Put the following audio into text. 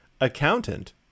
Accountant